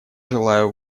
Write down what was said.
желаю